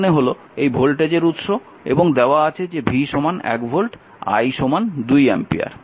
তার মানে এই হল ভোল্টেজের উৎস এবং দেওয়া আছে যে V 1 ভোল্ট এবং I 2 অ্যাম্পিয়ার